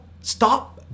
stop